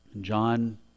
John